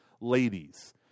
ladies